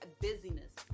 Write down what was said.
busyness